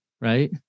Right